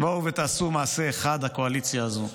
בואו ותעשו מעשה אחד, הקואליציה הזו.